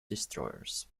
destroyers